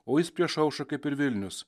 o jis prieš aušrą kaip ir vilnius